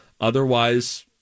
otherwise